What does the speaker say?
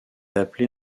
appelée